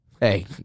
Hey